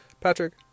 Patrick